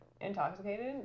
intoxicated